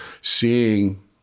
seeing